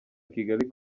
kigali